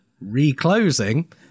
reclosing